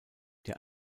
der